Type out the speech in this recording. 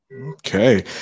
Okay